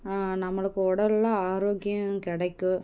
நம்மளுக்கு உடல்ல ஆரோக்கியம் கிடைக்கும்